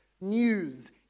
news